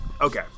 Okay